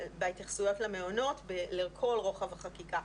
בהתייחסויות למעונות לכל רוחב החקיקה.